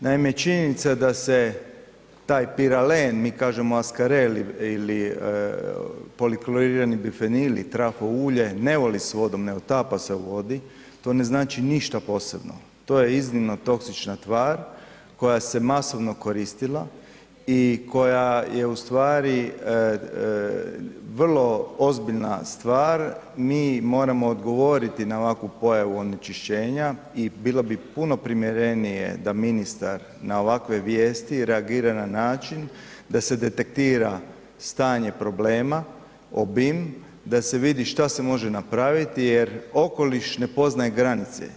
Naime, činjenica da se taj piralen, mi kažemo askarel ili poliklorirani bifenili i trafo ulje, ne voli s vodom, ne otapa se u vodi, to ne znači ništa posebno, to je iznimno toksična tvar koja se masivno koristila i koja je u stvari vrlo ozbiljna stvar, mi moramo odgovoriti na ovakvu pojavu onečišćenja i bilo bi puno primjerenije da ministar na ovakve vijesti reagira na način da se detektira stanje problema, obim, da se vidi šta se može napraviti jer okoliš ne poznaje granice.